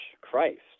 Christ